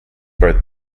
both